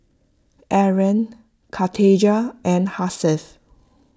Aaron Khadija and Hasif